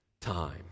time